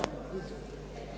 Hvala.